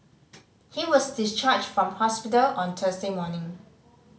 he was discharged from hospital on Thursday morning